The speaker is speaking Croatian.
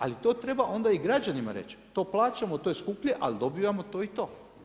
Ali, to treba onda i građanima reći, to plaćamo to je skuplje, ali dobivamo to i to.